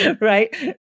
right